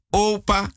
opa